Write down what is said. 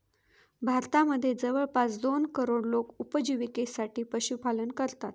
भारतामध्ये जवळपास दोन करोड लोक उपजिविकेसाठी पशुपालन करतात